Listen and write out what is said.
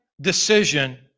decision